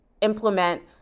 implement